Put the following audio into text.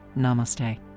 namaste